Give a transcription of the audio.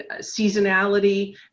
seasonality